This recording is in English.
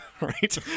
right